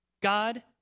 God